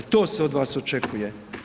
To se od vas očekuje.